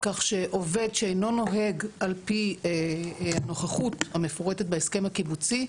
כך שעובד שאינו נוהג על פי הנוכחות המפורטת בהסכם הקיבוצי,